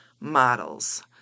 models